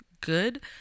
good